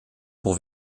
pour